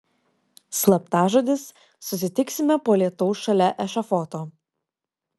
slaptažodis susitiksime po lietaus šalia ešafoto